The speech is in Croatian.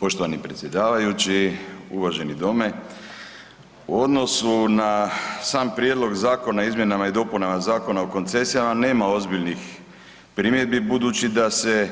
Poštovani predsjedavajući, uvaženi Dome, u odnosu na sam Prijedlog zakona o izmjenama i dopunama Zakona o koncesijama nema ozbiljnih primjedbi budući da se